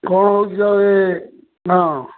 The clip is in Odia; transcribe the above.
କ'ଣ ହେଉଛି ଆଉ ଏ ହଁ